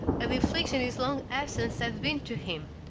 of the affliction his long absence had been to him,